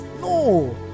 No